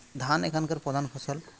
ধান এখানকার প্রধান ফসল